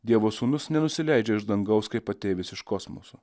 dievo sūnus nenusileidžia iš dangaus kaip ateivis iš kosmoso